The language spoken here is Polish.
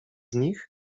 nich